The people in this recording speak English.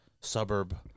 suburb